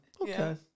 Okay